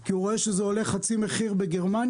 כי הוא רואה שזה עולה חצי מחיר בגרמניה,